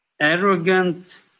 arrogant